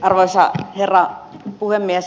arvoisa herra puhemies